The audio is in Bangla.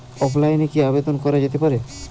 অফলাইনে কি আবেদন করা যেতে পারে?